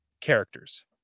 characters